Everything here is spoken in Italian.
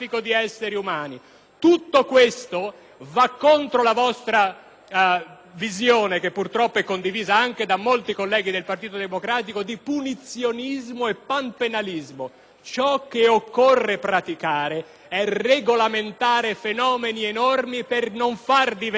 vostra visione- che purtroppo è condivisa anche da molti colleghi del Partito Democratico - di punizionismo e panpenalismo. Ciò che occorre è regolamentare fenomeni enormi per non far diventare le nostre proibizioni qualcosa di criminogeno.